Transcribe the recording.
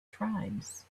tribes